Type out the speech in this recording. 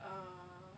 err